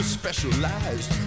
specialized